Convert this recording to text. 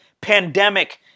pandemic